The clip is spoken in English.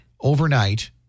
Overnight